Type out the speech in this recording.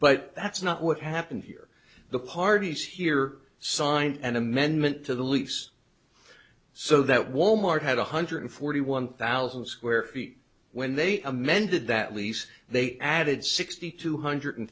but that's not what happened here the parties here signed an amendment to the lease so that wal mart had one hundred forty one thousand square feet when they amended that lease they added sixty two hundred